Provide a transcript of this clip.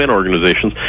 organizations